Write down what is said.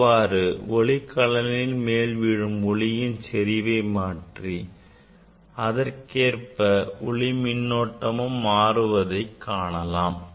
இவ்வாறு மின்கலனில் மேல் விழும் ஒளியின் செறிவை மாற்றினால் அதற்கேற்ப ஒளி மின்னோட்டமும் மாறுவதை காணலாம்